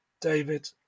David